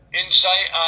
insight